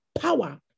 power